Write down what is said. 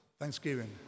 Thanksgiving